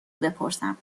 بپرسم